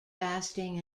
fasting